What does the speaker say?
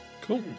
Cool